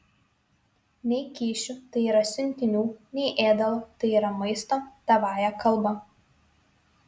nei kyšių tai yra siuntinių nei ėdalo tai yra maisto tavąja kalba